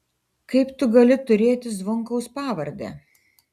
kaip tu gali turėti zvonkaus pavardę